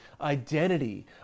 identity